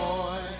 Boy